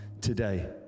today